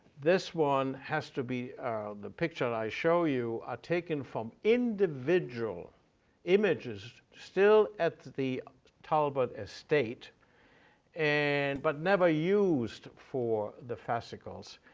this one has to be the picture that i show you are taken from individual images still at the talbot estate and but never used for the fascicles,